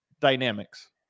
dynamics